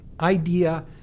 idea